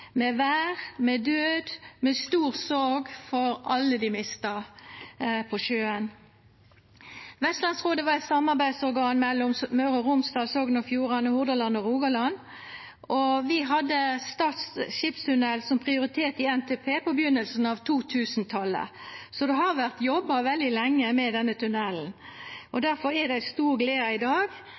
med vêr, med død, med stor sorg over alle dei mista på sjøen. Vestlandsrådet var eit samarbeidsorgan mellom Møre og Romsdal, Sogn og Fjordane, Hordaland og Rogaland, og vi hadde Stad skipstunnel som prioritet i NTP på starten av 2000-talet. Så det har vore jobba veldig lenge med denne tunnelen. Difor er det ei stor glede i dag.